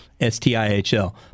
S-T-I-H-L